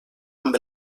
amb